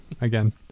again